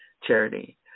charity